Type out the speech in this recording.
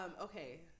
Okay